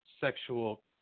sexual